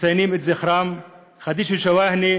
מציינים את זכרם: חדיג'ה שואהנה,